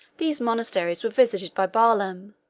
these monasteries were visited by barlaam,